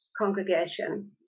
congregation